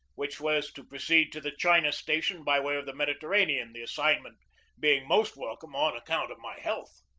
which was to proceed to the china station by way of the mediterranean, the assignment being most welcome on account of my health.